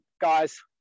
guys